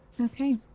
okay